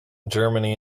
germany